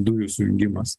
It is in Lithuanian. dujų sujungimas